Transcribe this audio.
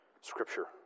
Scripture